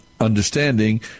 Understanding